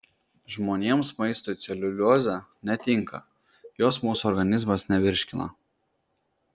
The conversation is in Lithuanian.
žmonėms maistui celiuliozė netinka jos mūsų organizmas nevirškina